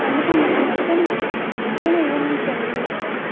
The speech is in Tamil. கண்டிப்பாக மேடம் எத்தனை எத்தனை ரூமுனு சொல்லலையே மேடம்